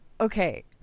Okay